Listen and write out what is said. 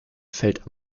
fällt